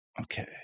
Okay